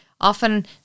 Often